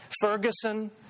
Ferguson